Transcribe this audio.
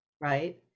right